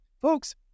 Folks